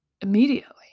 immediately